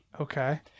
Okay